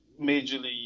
majorly